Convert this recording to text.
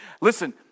listen